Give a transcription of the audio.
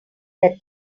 that